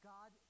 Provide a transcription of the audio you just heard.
God